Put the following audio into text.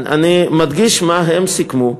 מה הם סיכמו.